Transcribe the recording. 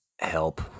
help